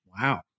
Wow